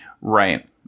Right